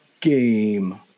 game